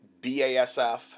BASF